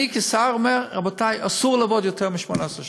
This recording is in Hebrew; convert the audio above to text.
אני כשר אומר: רבותי, אסור לעבוד יותר מ-18 שעות.